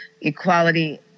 equality